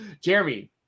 Jeremy